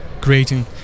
creating